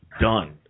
done